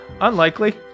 unlikely